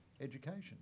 education